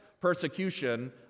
persecution